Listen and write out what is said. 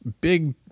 big